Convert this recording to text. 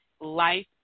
life